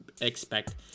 expect